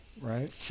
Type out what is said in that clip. right